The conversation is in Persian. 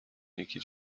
نیکی